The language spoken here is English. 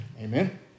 Amen